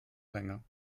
länger